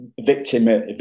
victim